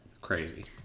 Crazy